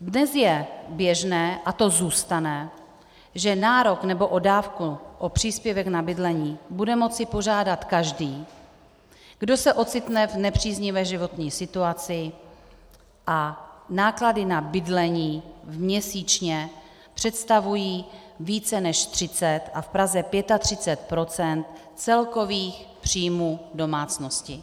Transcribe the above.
Dnes je běžné a to zůstane že nárok... nebo o dávku, o příspěvek na bydlení bude moci požádat každý, kdo se ocitne v nepříznivé životní situaci a náklady na bydlení měsíčně představují více než 30 a v Praze 35 % celkových příjmů domácnosti.